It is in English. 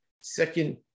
second